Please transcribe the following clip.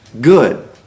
good